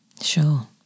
Sure